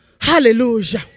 Hallelujah